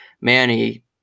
Manny